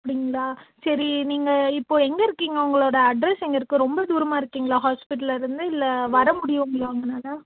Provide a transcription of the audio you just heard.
அப்படிங்ளா சரி நீங்கள் இப்போ எங்கே இருக்கிங்க உங்களோட அட்ரெஸ் எங்கே இருக்கு ரொம்ப தூரமாக இருக்கிங்ளா ஹாஸ்பிட்டலில் இருந்து இல்லை வர முடியும்ங்ளா உங்களால்